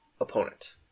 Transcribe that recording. opponent